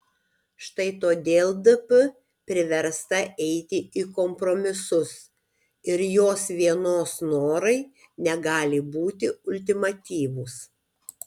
štai todėl dp priversta eiti į kompromisus ir jos vienos norai negali būti ultimatyvūs